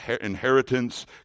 inheritance